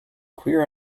clear